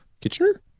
Kitchener